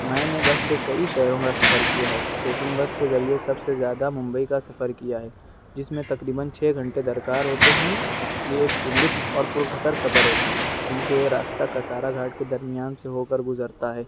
میں نے بس سے کئی شہروں کا سفر کیا ہے لیکن بس کے ذریعے سب سے زیادہ ممبئی کا سفر کیا ہے جس میں تقریباً چھ گھنٹے درکار ہوتے ہیں یہ ایک پرلطف اور پرخطر سفر ہوتا ہے کیونکہ یہ راستہ کسارا گھاٹ کے درمیان سے ہو کر گزرتا ہے